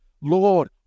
lord